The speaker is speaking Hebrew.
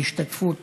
בהשתתפות